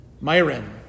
Myron